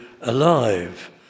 alive